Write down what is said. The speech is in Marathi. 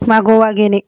मागोवा घेणे